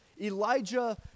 Elijah